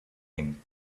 him